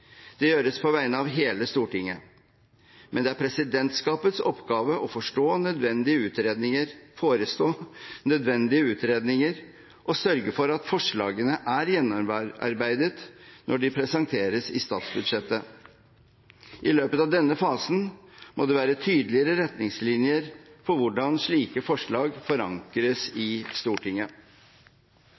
Det gjøres på vegne av hele Stortinget, men det er presidentskapets oppgave å forestå nødvendige utredninger og sørge for at forslagene er gjennomarbeidet når de presenteres i statsbudsjettet. I løpet av denne fasen må det være tydeligere retningslinjer for hvordan slike forslag forankres i Stortinget.